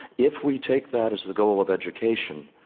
if we take that as the goal of education,